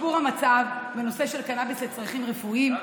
שיפור המצב בנושא של קנביס לצרכים רפואיים.